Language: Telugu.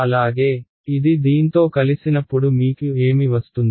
అలాగేఇది దీంతో కలిసినప్పుడు మీకు ఏమి వస్తుంది